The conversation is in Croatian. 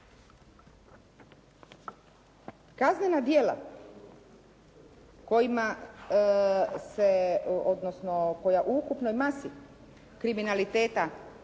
se, odnosno koja u ukupnoj masi kriminaliteta